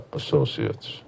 associates